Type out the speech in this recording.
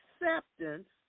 acceptance